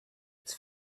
its